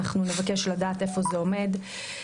ונבקש לדעת איפה זה עומד,